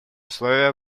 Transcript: условия